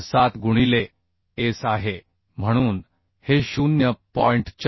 7 गुणिले S आहे म्हणून हे 0